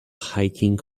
hiking